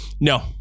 No